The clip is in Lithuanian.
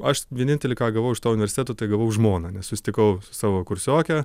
aš vienintelį ką gavau iš to universiteto tai gavau žmoną nes susitikau su savo kursioke